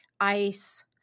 ice